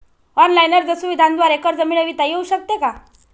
Online अर्ज सुविधांद्वारे कर्ज मिळविता येऊ शकते का?